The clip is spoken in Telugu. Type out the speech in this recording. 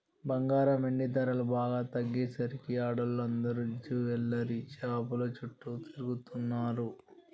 బంగారం, వెండి ధరలు బాగా తగ్గేసరికి ఆడోళ్ళందరూ జువెల్లరీ షాపుల చుట్టూ తిరుగుతున్నరు